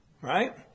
Right